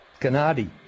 Gennady